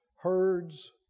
herds